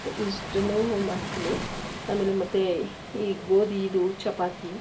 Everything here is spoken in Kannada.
ಸ್ ಇಷ್ಟೂ ಮಾಡ್ತೀನಿ ಆಮೇಲೆ ಮತ್ತು ಈ ಗೋಧಿ ಇದು ಚಪಾತಿ